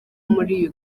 muri